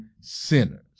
sinners